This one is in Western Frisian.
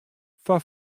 foar